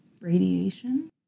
Radiation